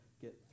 get